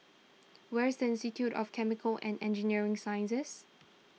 where is Institute of Chemical and Engineering Sciences